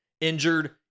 injured